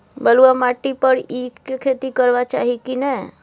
बलुआ माटी पर ईख के खेती करबा चाही की नय?